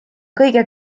kõige